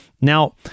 Now